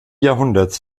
jahrhunderts